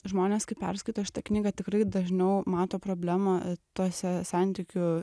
žmonės kai perskaito šitą knygą tikrai dažniau mato problemą tuose santykių